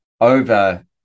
over